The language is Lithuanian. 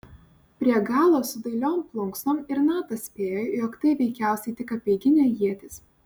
prie galo su dailiom plunksnom ir natas spėjo jog tai veikiausiai tik apeiginė ietis